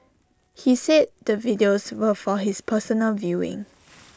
he said the videos were for his personal viewing